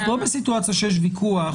אנחנו לא בסיטואציה שיש ויכוח.